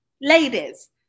ladies